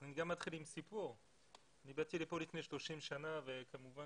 אני באתי לכאן לפני 30 שנים וכמובן